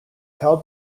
held